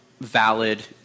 valid